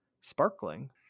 sparkling